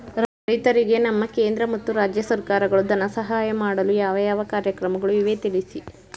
ರೈತರಿಗೆ ನಮ್ಮ ಕೇಂದ್ರ ಮತ್ತು ರಾಜ್ಯ ಸರ್ಕಾರಗಳು ಧನ ಸಹಾಯ ಮಾಡಲು ಯಾವ ಯಾವ ಕಾರ್ಯಕ್ರಮಗಳು ಇವೆ ತಿಳಿಸಿ?